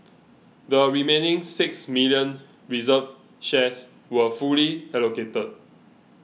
the remaining six million reserved shares were fully allocated